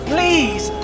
Please